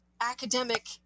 academic